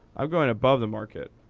i'm going above the market.